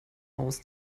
aus